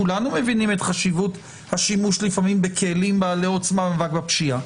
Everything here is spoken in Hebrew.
כולנו מבינים את חשיבות השימוש לפעמים בכלים בעלי עוצמה במאבק בפשיעה.